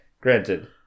Granted